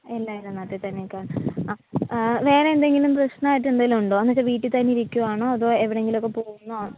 ഇല്ല ഇല്ല നാട്ടിൽ തന്നെ ആ വേറെ എന്തെങ്കിലും പ്രശ്നമായിട്ട് എന്തെങ്കിലും ഉണ്ടോ എന്നു വെച്ചാൽ വീട്ടിൽ തന്നെ ഇരിക്കുവാണോ അതോ എവിടെയെങ്കിലും ഒക്കെ പോകുന്നോ